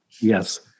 Yes